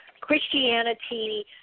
Christianity